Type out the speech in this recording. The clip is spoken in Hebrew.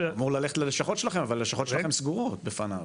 אמור ללכת ללשכות שלכם אבל הלשכות שלכם סגורות בפניו.